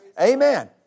Amen